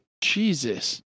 Jesus